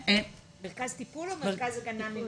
מרכז טיפול או מרכז הגנה?